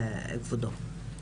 כבודו,